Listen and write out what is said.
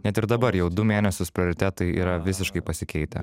net ir dabar jau du mėnesius prioritetai yra visiškai pasikeitę